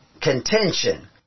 contention